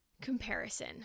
comparison